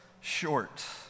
short